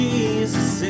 Jesus